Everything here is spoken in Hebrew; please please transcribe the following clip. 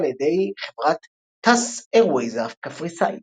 על ידי חברת Tus Airways הקפריסאית.